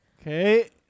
Okay